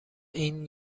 این